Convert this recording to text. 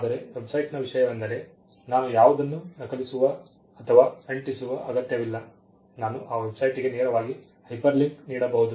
ಆದರೆ ವೆಬ್ಸೈಟ್ನ ವಿಷಯವೆಂದರೆ ನಾನು ಯಾವುದನ್ನೂ ನಕಲಿಸುವ ಅಥವಾ ಅಂಟಿಸುವ ಅಗತ್ಯವಿಲ್ಲ ನಾನು ಆ ವೆಬ್ಸೈಟ್ಗೆ ನೇರವಾಗಿ ಹೈಪರ್ಲಿಂಕ್ ನೀಡಬಹುದು